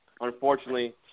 Unfortunately